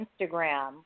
Instagram